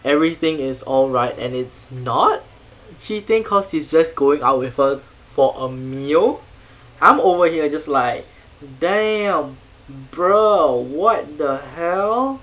everything is all right and it's not cheating cause it's just going out with her for a meal I'm over here just like damn bruh what the hell